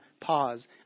pause